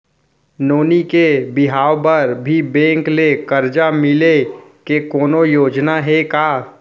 नोनी के बिहाव बर भी बैंक ले करजा मिले के कोनो योजना हे का?